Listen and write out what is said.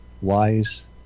wise